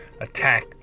attack